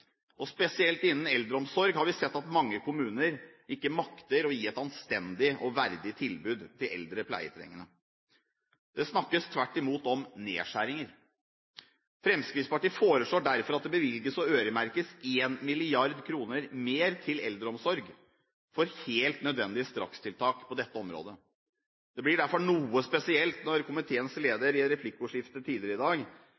Spesielt innen eldreomsorg har vi sett at mange kommuner ikke makter å gi et anstendig og verdig tilbud til eldre pleietrengende. Det snakkes tvert imot om nedskjæringer. Fremskrittspartiet foreslår derfor at det bevilges og øremerkes 1 mrd. kr mer til eldreomsorg, til helt nødvendige strakstiltak på dette området. Det blir derfor noe spesielt når komiteens